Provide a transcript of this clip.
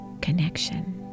connection